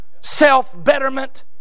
self-betterment